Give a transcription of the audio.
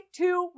two